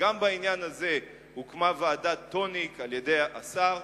וגם בעניין הזה הוקמה ועדת-טוניק על-ידי השר.